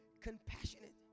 compassionate